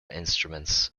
instruments